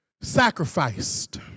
sacrificed